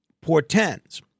portends